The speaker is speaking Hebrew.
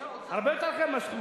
הרבה יותר יקר,